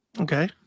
Okay